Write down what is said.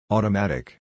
Automatic